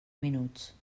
minuts